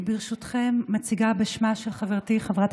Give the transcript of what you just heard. ברשותכם מציגה בשמה של חברתי חברת